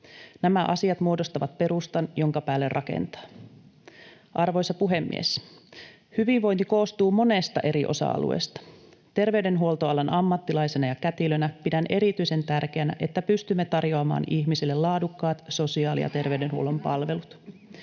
Nämä asiat muodostavat perustan, jonka päälle rakentaa. Arvoisa puhemies! Hyvinvointi koostuu monesta eri osa-alueesta. Terveydenhuoltoalan ammattilaisena ja kätilönä pidän erityisen tärkeänä, että pystymme tarjoamaan ihmisille laadukkaat sosiaali- ja terveydenhuollon palvelut.